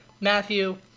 Matthew